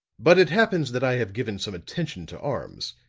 but it happens that i have given some attention to arms,